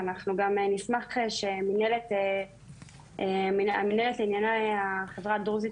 ואנחנו גם נשמח שהמינהלת לענייני החברה הדרוזית